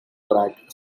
track